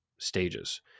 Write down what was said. stages